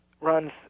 runs